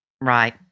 Right